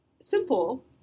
simple